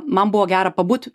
man buvo gera pabūti